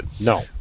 No